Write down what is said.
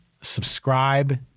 subscribe